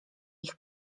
ich